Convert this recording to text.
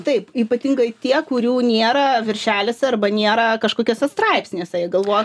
taip ypatingai tie kurių nėra viršeliuose arba nėra kažkokiuose straipsniuose jie galvoja